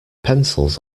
pencils